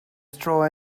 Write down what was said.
straw